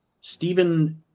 Stephen